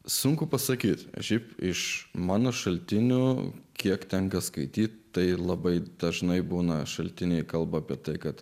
sunku pasakyti šiaip iš mano šaltinių kiek tenka skaityti tai labai dažnai būna šaltiniai kalba apie tai kad